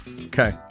Okay